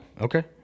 Okay